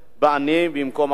בעניים במקום בעוני.